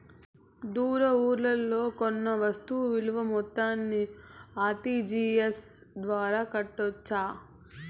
దూర ఊర్లలో కొన్న వస్తు విలువ మొత్తాన్ని ఆర్.టి.జి.ఎస్ ద్వారా కట్టొచ్చా?